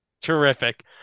Terrific